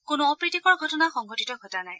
কোনো অপ্ৰীতিকৰ ঘটনা সংঘটিত ঘটা নাই